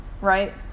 right